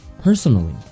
personally